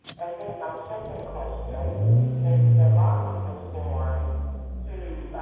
and then my second question is, the lottery was formed to